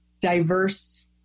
diverse